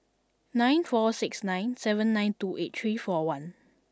nine four six nine seven nine two eight three four one